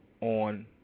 on